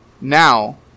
now